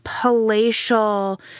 palatial